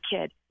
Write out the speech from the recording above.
kid